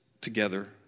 together